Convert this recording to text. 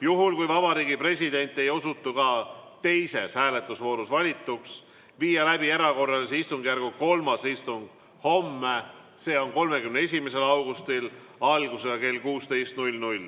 juhul kui Vabariigi President ei osutu ka teises hääletusvoorus valituks, viia läbi erakorralise istungjärgu kolmas istung homme, s.o 31. augustil algusega kell 16.